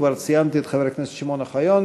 כבר ציינתי את חבר הכנסת שמעון אוחיון,